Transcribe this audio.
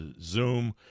Zoom